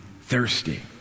thirsty